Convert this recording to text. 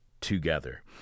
together